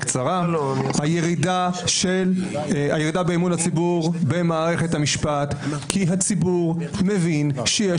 הירידה באמון הציבור במערכת המשפט היא כי הציבור מבין שיש